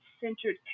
centered